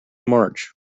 march